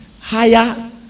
higher